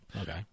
Okay